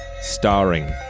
starring